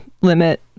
limit